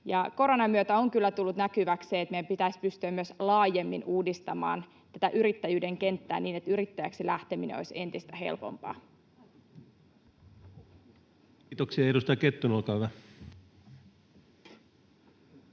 Koronan myötä on kyllä tullut näkyväksi se, että meidän pitäisi pystyä myös laajemmin uudistamaan tätä yrittäjyyden kenttää, niin että yrittäjäksi lähteminen olisi entistä helpompaa. Kiitoksia. — Edustaja Kettunen, olkaa hyvä.